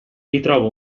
ritrova